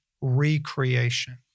recreation